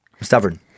stubborn